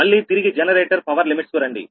మళ్లీ తిరిగి generator power limits కు రండి